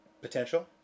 potential